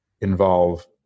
involve